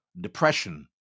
depression